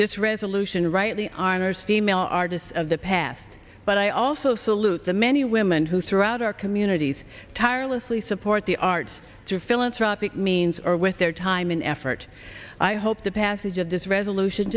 this resolution rightly honors female artists of the past but i also salute the many women who throughout our communities tirelessly support the arts through philanthropic means or with their time and effort i hope the passage of this resolution